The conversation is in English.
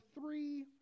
three